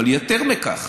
אבל יותר מכך,